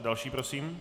Další prosím.